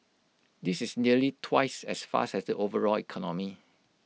this is nearly twice as fast as the overall economy